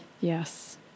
Yes